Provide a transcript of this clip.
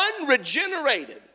unregenerated